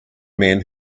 man